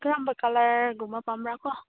ꯀꯔꯝꯕ ꯀꯂꯔꯒꯨꯝꯕ ꯄꯥꯝꯕ꯭ꯔꯥꯀꯣ